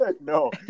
no